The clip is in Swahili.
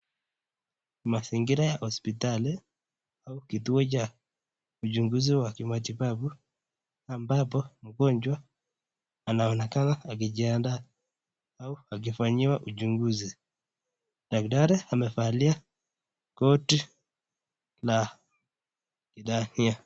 Mazingira ya hosiptali au kituo cha uchunguzi wa kimatibabu ambapo mgonjwa anaonekana akijiandaa au akifanyiwa uchunguzi, daktari amevalia koti la kidhania.